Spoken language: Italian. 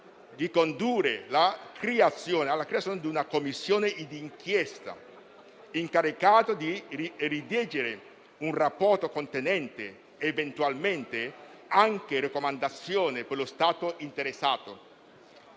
di condurre alla creazione di una Commissione d'inchiesta, incaricata di redigere un rapporto contenente, eventualmente, anche raccomandazioni per lo Stato interessato.